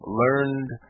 learned